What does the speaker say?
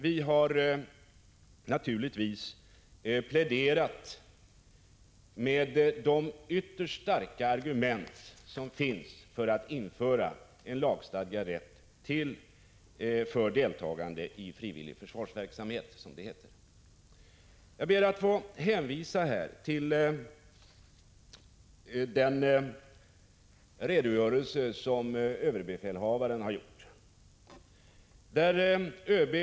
Vi har naturligtvis pläderat med de ytterst starka argument som finns för att införa 117 en lagstadgad rätt till ledighet för deltagande i frivillig försvarsverksamhet, som det heter. Jag ber att här få hänvisa till den redogörelse som överbefälhavaren har gjort och som återges i vår moderata motion.